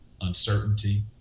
uncertainty